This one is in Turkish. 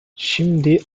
şimdi